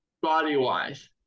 body-wise